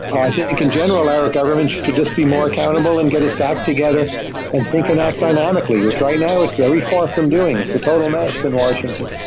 i think, in general, our government should just be more accountable and get its act together and think and act dynamically, which right now it's very far from doing. it's a total mess in washington.